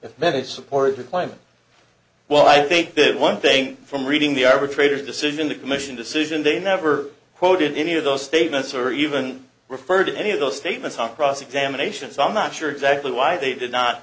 they support the claim well i think that one thing from reading the arbitrator's decision the commission decision they never quoted any of those statements or even refer to any of those statements on cross examination so i'm not sure exactly why they did not